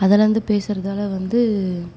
அதுலேருந்து பேசுகிறதால வந்து